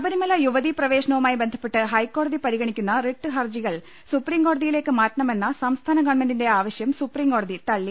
ശബരിമല യുവതീ പ്രവേശനവുമായി ബന്ധപ്പെട്ട് ഹൈക്കോടതി പരിഗണിക്കുന്ന റിട്ട് ഹർജികൾ സുപ്രീം കോടതിയിലേക്ക് മാറ്റണമെന്ന് സംസ്ഥാന ഗവൺമെന്റിന്റെ ആവശ്യം സുപ്രീംകോടതി തള്ളി